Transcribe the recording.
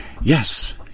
Yes